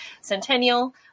Centennial